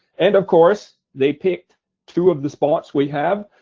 and of course, they picked two of the spots we have,